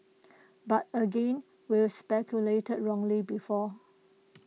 but again we've speculated wrongly before